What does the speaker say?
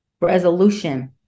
resolution